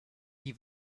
die